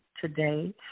today